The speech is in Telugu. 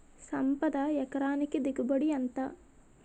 సంపద ఎకరానికి దిగుబడి ఎంత?